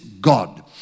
God